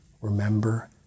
remember